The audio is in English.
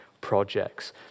projects